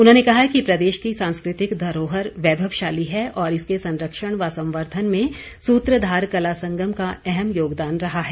उन्होंने कहा कि प्रदेश की सांस्कृतिक धरोहर वैभवशाली है और इसके संरक्षण व संवर्धन में सूत्रधार कला संगम का अहम योगदान रहा है